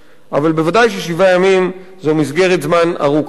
אבל ודאי ששבעה ימים זו מסגרת זמן ארוכה מדי.